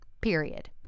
period